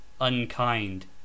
unkind